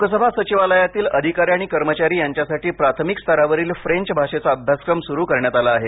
लोकसभा सचिवालयातील अधिकारी आणि कर्मचारी यांच्यासाठी प्राथमिक स्तरावरील फ्रेंच भाषेचा अभ्यासक्रम सुरू करण्यात आला आहे